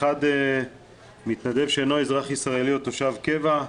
האחד, מתנדב שאינו אזרח ישראלי או תושב קבע.